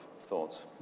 thoughts